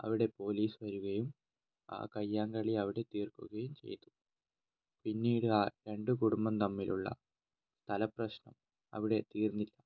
അവിടെ പോലീസ് വരു കയും ആ കയ്യാങ്കളി അവിടെ തീർക്കുകയും ചെയ്തു പിന്നീട് ആ രണ്ട് കുടുംബം തമ്മിലുള്ള സ്ഥലപ്രശ്നം അവിടെ തീർന്നില്ല